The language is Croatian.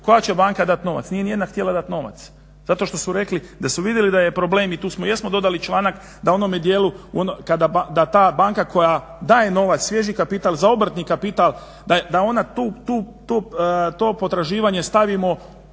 koja će banka dat novac. Nije ni jedna htjela dat novac zato što su rekli da su vidjeli da je problem i tu smo, jesmo dodali članak da onome djelu, da ta banka koja daje novac, svježi kapital za obrtnika da ona tu, to potraživanje stavimo